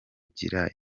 gukira